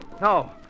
No